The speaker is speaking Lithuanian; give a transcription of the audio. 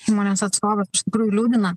įmonės atstovas iš tikrųjų liūdina